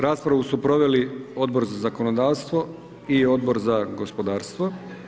Raspravu su proveli Odbor za zakonodavstvo i Odbor za gospodarstvo.